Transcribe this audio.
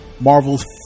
Marvel's